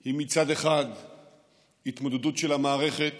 היא מצד אחד התמודדות של המערכת